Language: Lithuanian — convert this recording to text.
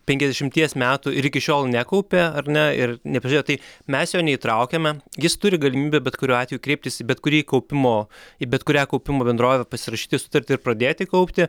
penkiasdešimties metų ir iki šiol nekaupė ar ne ir nepradėjo tai mes jo neįtraukiame jis turi galimybę bet kuriuo atveju kreiptis į bet kurį kaupimo į bet kurią kaupimo bendrovę pasirašyti sutartį ir pradėti kaupti